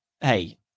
Hey